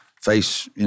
face